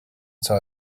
saw